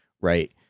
right